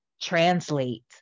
translate